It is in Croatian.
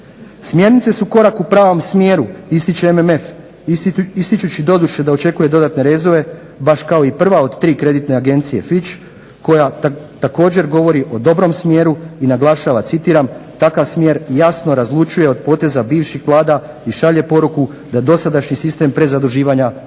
Smjernice su korak u pravom smjeru, ističe MMF ističući doduše da očekuje dodatne rezove baš kao i prva od tri kreditne agencije … /Ne razumije se./… koja također govori o dobrom smjeru i naglašava, citiram: takav smjer jasno razlučuje od poteza bivših vlada i šalje poruku da dosadašnji sistem prezaduživanja nije